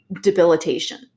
debilitation